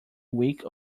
week